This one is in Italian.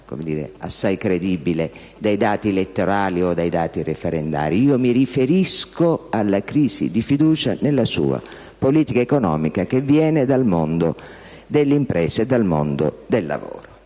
maniera assai credibile - dai dati elettorali o dai dati referendari: io mi riferisco alla crisi di fiducia nella sua politica economica che viene dal mondo dell'impresa e dal mondo del lavoro.